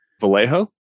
Vallejo